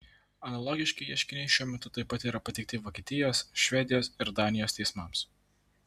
analogiški ieškiniai šiuo metu taip pat yra pateikti vokietijos švedijos ir danijos teismams